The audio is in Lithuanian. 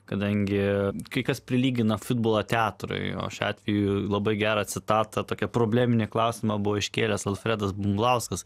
kadangi kai kas prilygina futbolą teatrui o šiuo atveju labai gerą citatą tokią probleminį klausimą buvo iškėlęs alfredas bumblauskas